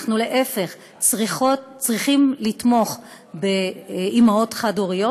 להפך, אנחנו צריכים לתמוך באימהות חד-הוריות,